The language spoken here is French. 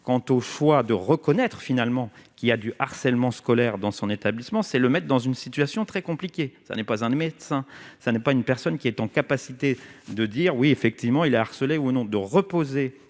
quant au choix de reconnaître finalement qui a du harcèlement scolaire dans son établissement, c'est le mettent dans une situation très compliquée, ça n'est pas un médecin, ça n'est pas une personne qui est en capacité de dire oui effectivement il harcelé ou non de reposer